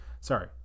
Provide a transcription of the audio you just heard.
Sorry